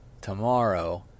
tomorrow